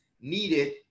needed